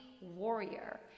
warrior